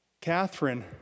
Catherine